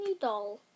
doll